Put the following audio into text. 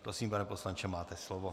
Prosím, pane poslanče, máte slovo.